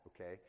okay